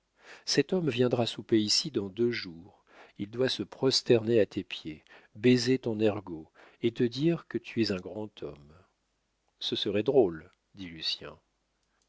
cet homme viendra souper ici dans deux jours il doit se prosterner à tes pieds baiser ton ergot et te dire que tu es un grand homme ce serait drôle dit